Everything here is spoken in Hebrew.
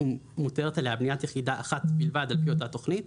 ומותרת עליה בניית יחידה אחת בלבד על פי אותה תוכנית,